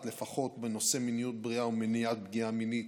לפחות בנושא מיניות בריאה ומניעת פגיעה מינית,